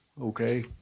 okay